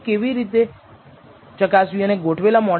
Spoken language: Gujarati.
આપણી પાસે 2 ને બદલે 2